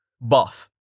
buff